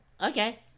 okay